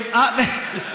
גם אני לא.